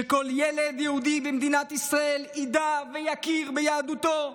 שכל ילד יהודי במדינת ישראל ידע ויכיר ביהדותו,